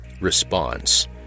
Response